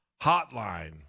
Hotline